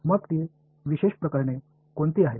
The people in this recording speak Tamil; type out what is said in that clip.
எனவே அந்த சிறப்பு நிலைகள் யாவை